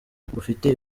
bufite